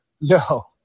No